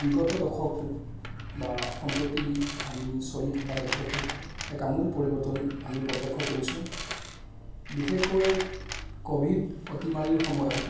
বিগত দশক বা সম্প্ৰতি আমি চলি থকা দশকটোত এক আমূল পৰিৱৰ্তন আমি প্ৰত্য়ক্ষ কৰিছোঁ বিশেষকৈ কভিড অতিমাৰীৰ সময়ত